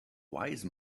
wise